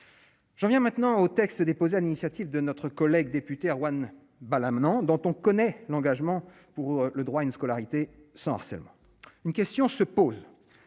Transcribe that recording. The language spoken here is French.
j'en viens maintenant au texte déposé à l'initiative de notre collègue député Erwan Balanant dont on connaît l'engagement pour le droit à une scolarité sans harcèlement, une question se pose